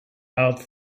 hard